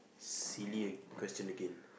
silly uh question again